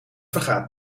vergaat